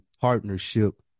partnership